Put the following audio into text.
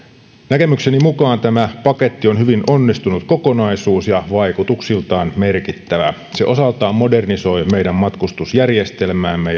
näkemykseni mukaan tämä paketti on hyvin onnistunut kokonaisuus ja vaikutuksiltaan merkittävä se osaltaan modernisoi meidän matkustusjärjestelmäämme